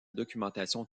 documentation